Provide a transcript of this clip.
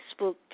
Facebook